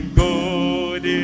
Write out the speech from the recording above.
good